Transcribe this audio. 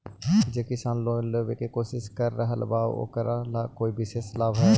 जे किसान लोन लेवे के कोशिश कर रहल बा ओकरा ला कोई विशेष लाभ हई?